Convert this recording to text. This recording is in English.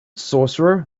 sorcerer